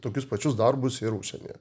tokius pačius darbus ir užsienyje